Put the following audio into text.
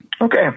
Okay